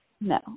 no